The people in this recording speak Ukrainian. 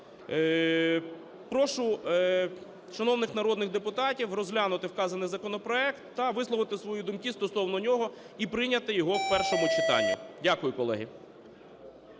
Прошу шановних народних депутатів розглянути вказаний законопроект та висловити свої думки стосовно нього і прийняти його в першому читанні. Дякую, колеги.